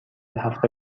هفته